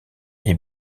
est